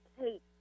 Kate